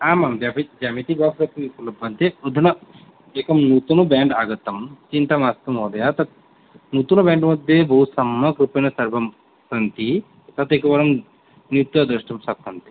आम् आं ज्यामिति ज्यामितिबाक्स् अपि उपलभ्यन्ते अधुना एकं नूतनं ब्राण्ड् आगतं चिन्ता मास्तु महोदये तत् नूतनब्राण्ड् मध्ये बहुसम्यक् रूपेण सर्वं सन्ति तत् एकवारं नीत्वा द्रष्टुं शक्यन्ते